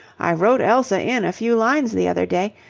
i wrote elsa in a few lines the other day,